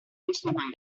constantin